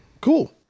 Cool